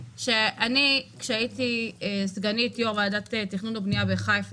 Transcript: הייתי סגנית יו"ר ועדת תכנון ובנייה בחיפה,